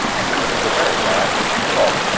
and this is a very rare action shot.